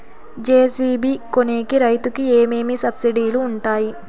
JCB కొనేకి రైతుకు ఏమేమి సబ్సిడి లు వుంటాయి?